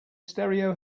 stereo